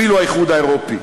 אפילו האיחוד האירופי.